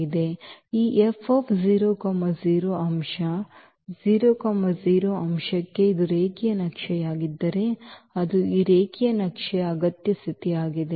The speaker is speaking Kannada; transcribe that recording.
ಈ F 00 ಅಂಶ 00 ಅಂಶಕ್ಕೆ ಇದು ರೇಖೀಯ ನಕ್ಷೆಯಾಗಿದ್ದರೆ ಅದು ಈ ರೇಖೀಯ ನಕ್ಷೆಯ ಅಗತ್ಯ ಸ್ಥಿತಿಯಾಗಿದೆ